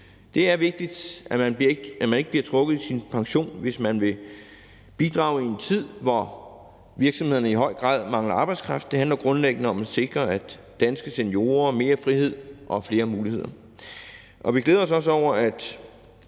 Det er vigtigt, at man ikke bliver trukket i sin pension, hvis man vil bidrage i en tid, hvor virksomhederne i høj grad mangler arbejdskraft. Det handler grundlæggende om at sikre, at danske seniorer får mere frihed og flere muligheder.